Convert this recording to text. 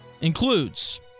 includes